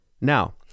Now